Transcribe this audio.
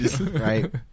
Right